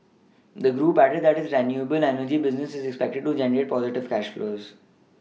the group added that its renewable energy business is expected to generate positive cash flows